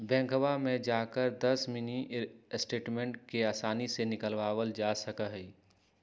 बैंकवा में जाकर भी दस मिनी स्टेटमेंट के आसानी से निकलवावल जा सका हई